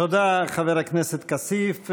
תודה, חבר הכנסת כסיף.